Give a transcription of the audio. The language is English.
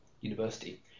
University